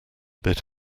bit